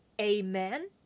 Amen